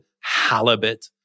halibut